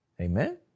Amen